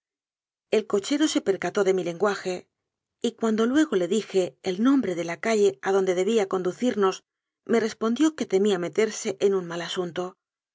el cochero se percató de mi lenguaje y cuando luego le dije el nombre de la calle adonde debía condu cirnos me respondió que temía meterse en un mal asunto